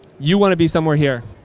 you want to be somewhere here.